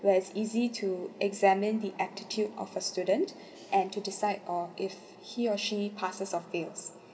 where it's easy to examine the attitude of a student and to decide or if he or she passes or fails